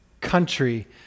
country